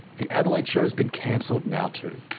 the adelaide show has been cancelled now too.